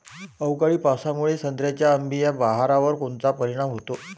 अवकाळी पावसामुळे संत्र्याच्या अंबीया बहारावर कोनचा परिणाम होतो?